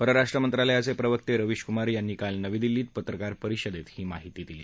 परराष्ट्र मंत्रालयाचे प्रवक्ते रवीश कुमार यांनी काल नवी दिल्लीत पत्रकार परिषदेत ही माहिती दिली